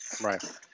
Right